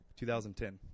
2010